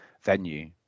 venue